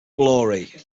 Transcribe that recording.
glory